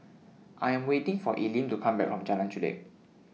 I Am waiting For Eileen to Come Back from Jalan Chulek